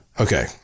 okay